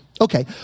Okay